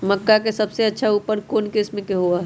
मक्का के सबसे अच्छा उपज कौन किस्म के होअ ह?